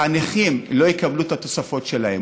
הנכים לא יקבלו את התוספות שלהם,